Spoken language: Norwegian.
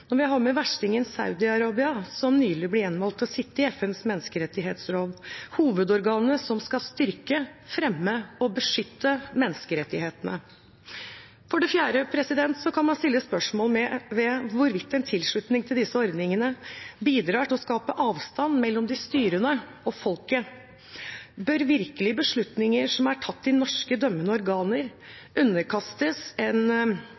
når vi har med verstingen Saudi-Arabia, som nylig ble gjenvalgt til å sitte i FNs menneskerettighetsråd, hovedorganet som skal styrke, fremme og beskytte menneskerettighetene. For det fjerde kan man stille spørsmål ved hvorvidt en tilslutning til disse ordningene bidrar til å skape avstand mellom de styrende og folket. Bør virkelig beslutninger som er tatt i norske dømmende organer, underkastes en